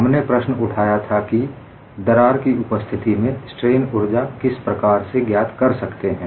हमने प्रश्न उठाया था कि दरार की उपस्थिति में स्ट्रेन ऊर्जा किस प्रकार से ज्ञात कर सकते हैं